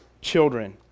children